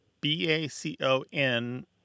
B-A-C-O-N